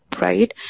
right